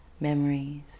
memories